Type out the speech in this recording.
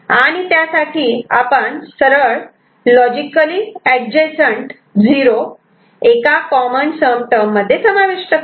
आणि त्यासाठी आपण सरळपणे लॉजिकली एडजसंट '0' एका कॉमन सम टर्म मध्ये समाविष्ट करू